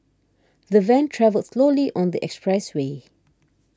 the van travelled slowly on the expressway